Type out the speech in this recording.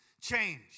change